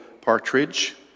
Partridge